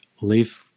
live